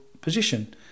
position